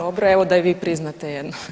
Dobro, evo da i vi priznate jednom.